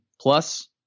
plus